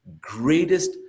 greatest